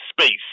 space